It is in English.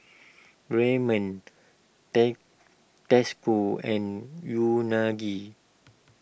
Ramen Tasco and Unagi